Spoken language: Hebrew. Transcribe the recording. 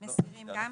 מסירים גם?